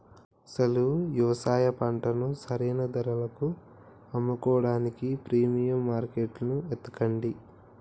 అసలు యవసాయ పంటను సరైన ధరలకు అమ్ముకోడానికి ప్రీమియం మార్కేట్టును ఎతకండి